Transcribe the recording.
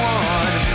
one